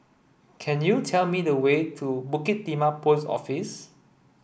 can you tell me the way to Bukit Timah Post Office